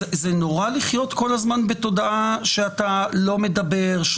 זה נורא לחיות כל הזמן בתודעה שאתה לא מדבר.